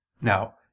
Now